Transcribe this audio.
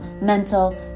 mental